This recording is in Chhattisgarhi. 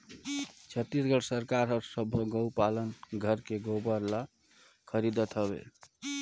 छत्तीसगढ़ सरकार हर सबो गउ पालन घर के गोबर ल खरीदत हवे